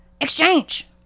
exchange